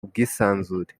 ubwisanzure